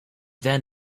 then